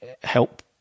Help